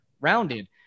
rounded